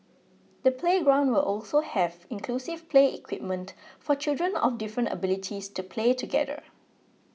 the playground will also have inclusive play equipment for children of different abilities to play together